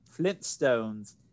Flintstones